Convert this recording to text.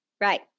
right